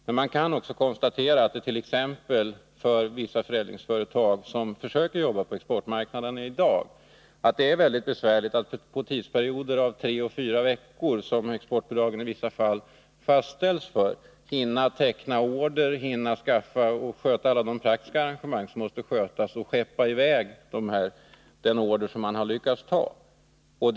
Men det kan konstateras att det t.ex. för vissa förädlingsföretag, som försöker jobba på exportmarknaden i dag, är mycket besvärligt att på tidsperioder om tre fyra veckor, som exportbidragen i vissa fall fastställs för, hinna teckna order, hinna sköta alla de praktiska arrangemangen och skeppa i väg den order som de lyckats få.